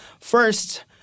first